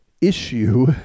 issue